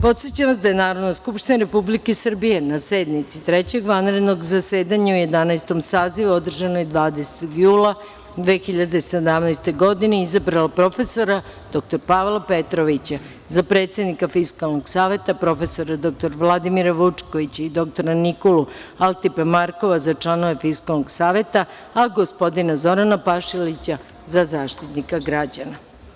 Podsećam vas da je Narodna skupština Republike Srbije, na sednici Trećeg vanrednog zasedanja u Jedanaestom sazivu, održanoj 20. jula 2017. godine, izabrala profesora dr Pavla Petrovića za predsednika Fiskalnog saveta, prof. dr Vladimira Vučkovića i dr Nikolu Altiparmakova, za članove Fiskalnog saveta, a gospodina Zorana Pašalića za Zaštitnika građana.